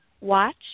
watch